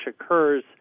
occurs